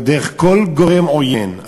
או דרך כל גורם עוין,